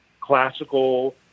classical